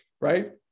Right